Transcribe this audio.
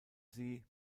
sie